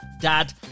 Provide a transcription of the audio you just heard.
Dad